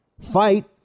Fight